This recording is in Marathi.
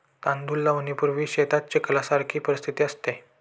तांदूळ लावणीपूर्वी शेतात चिखलासारखी परिस्थिती असते